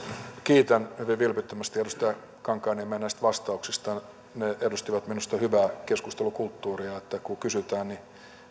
kiitän hyvin vilpittömästi edustaja kankaanniemeä näistä vastauksistaan ne edustivat minusta hyvää keskustelukulttuuria että kun kysytään niin